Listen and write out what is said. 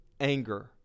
anger